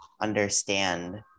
understand